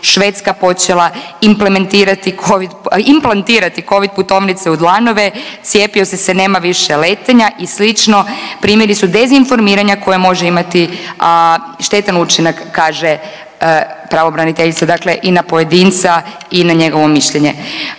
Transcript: Covid, implantirati Covid putovnice u dlanove, cijepio si se nema više letenja i slično primjeri su dezinformiranja koje može imati štetan učinak kaže pravobraniteljica dakle i na pojedinca i na njegovo mišljenje.